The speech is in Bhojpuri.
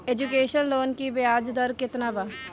एजुकेशन लोन की ब्याज दर केतना बा?